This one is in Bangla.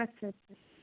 আচ্ছা আচ্ছা